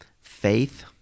faith